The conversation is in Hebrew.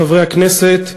חברי הכנסת,